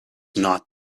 not